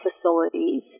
facilities